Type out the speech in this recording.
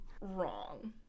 Wrong